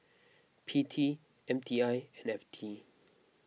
P T M T I and F T